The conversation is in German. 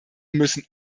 müssen